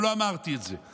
וגם לא אמרתי את זה.